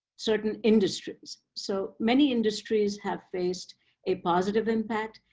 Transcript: certain industries. so many industries have faced a positive impact.